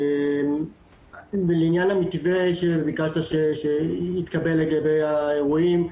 לעניין המתווה שביקשת שיתקבל לגבי האירועים,